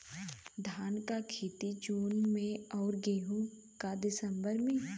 धान क खेती जून में अउर गेहूँ क दिसंबर में?